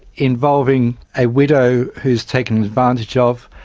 involving a widow who is taken advantage of,